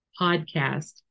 podcast